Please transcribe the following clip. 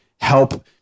help